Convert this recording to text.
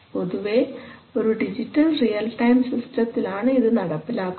പൊതുവേ ഒരു digital real time സിസ്റ്റത്തിലാണ് ഇത് നടപ്പിലാക്കുന്നത്